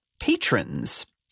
patrons